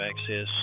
access